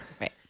Right